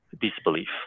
disbelief